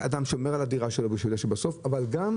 אדם שומר על הדירה שלו ובסוף מקבל אותה אבל גם,